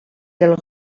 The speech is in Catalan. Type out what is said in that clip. del